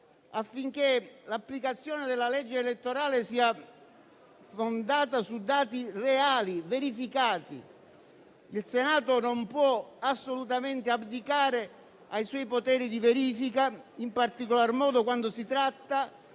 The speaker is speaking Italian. affinché l'applicazione della legge elettorale vigente sia fondata su dati verificati e reali; il Senato non può abdicare ai suoi poteri di verifica, in particolar modo quando si tratta